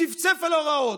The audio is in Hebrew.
צפצף על ההוראות.